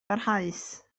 barhaus